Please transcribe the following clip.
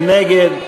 מי נגד?